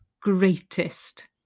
greatest